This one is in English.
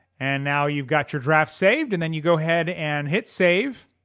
and now you've got your draft saved and then you go ahead and hit save